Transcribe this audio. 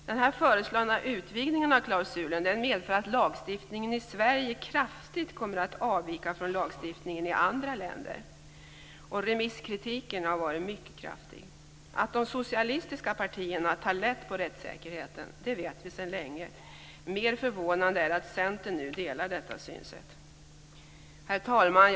Den föreslagna utvidgningen av klausulen medför att lagstiftningen i Sverige kraftigt kommer att avvika från lagstiftningen i andra länder. Remisskritiken har också varit mycket kraftig. Att de socialistiska partierna tar lätt på rättssäkerheten vet vi sedan länge. Mer förvånande är det att Centern nu delar detta synsätt. Herr talman!